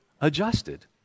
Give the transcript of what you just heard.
adjusted